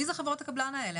מי הן חברות הקבלן האלה?